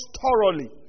thoroughly